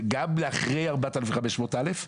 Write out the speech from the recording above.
גם אחרי 4,500 שקלים.